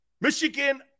Michigan